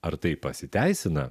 ar tai pasiteisina